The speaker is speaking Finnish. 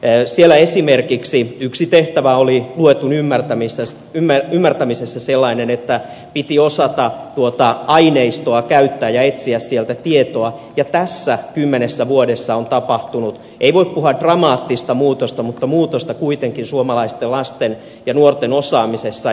siellä esimerkiksi yksi tehtävä oli luetun ymmärtämisessä sellainen että piti osata tuota aineistoa käyttää ja etsiä sieltä tietoa ja tässä kymmenessä vuodessa on tapahtunut ei voi puhua dramaattista muutosta mutta muutosta kuitenkin suomalaisten lasten ja nuorten osaamisessa